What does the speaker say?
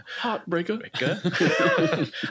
heartbreaker